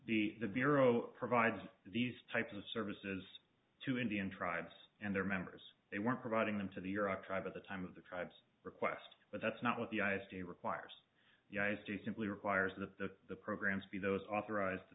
the the bureau provide these types of services to indian tribes and their members they were providing them to the iraq tribe at the time of the tribes request but that's not what the f d a requires united states simply requires that the the programs be those authorized t